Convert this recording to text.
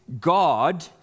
God